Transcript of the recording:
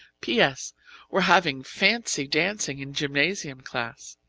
ps. we're having fancy dancing in gymnasium class.